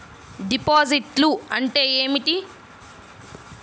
డిపాజిట్లు అంటే ఏమిటి?